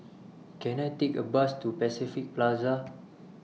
Can I Take A Bus to Pacific Plaza